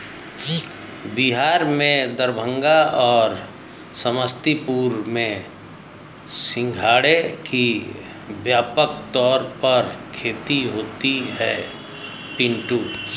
बिहार में दरभंगा और समस्तीपुर में सिंघाड़े की व्यापक तौर पर खेती होती है पिंटू